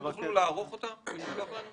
תוכלו לערוך אותה ולשלוח לנו?